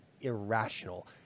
irrational